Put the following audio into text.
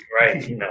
Right